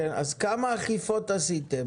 כמה אכיפות עשיתם?